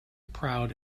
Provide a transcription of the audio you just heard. proud